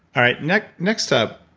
all right, next next up,